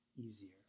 easier